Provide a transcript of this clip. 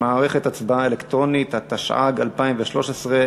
התשע"ג 2013,